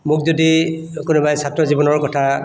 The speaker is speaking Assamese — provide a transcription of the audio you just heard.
মোক যদি কোনোবাই ছাত্ৰ জীৱনৰ কথা